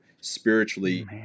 spiritually